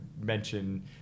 mention